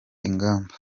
ingamba